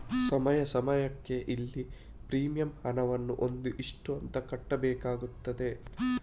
ಸಮಯ ಸಮಯಕ್ಕೆ ಇಲ್ಲಿ ಪ್ರೀಮಿಯಂ ಹಣವನ್ನ ಒಂದು ಇಷ್ಟು ಅಂತ ಕಟ್ಬೇಕಾಗ್ತದೆ